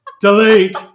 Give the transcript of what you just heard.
Delete